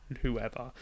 whoever